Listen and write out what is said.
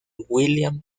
william